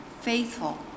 faithful